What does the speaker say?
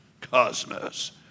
cosmos